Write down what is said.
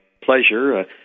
pleasure